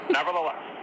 Nevertheless